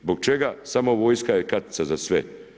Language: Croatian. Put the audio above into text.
Zbog čega samo vojska je kartica za sve?